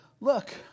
look